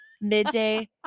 midday